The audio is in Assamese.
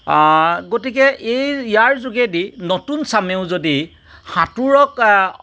গতিকে এই ইয়াৰ যোগেদি নতুন চামেও যদি সাঁতোৰক